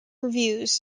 reviews